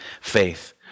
faith